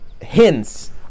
hints